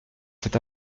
cet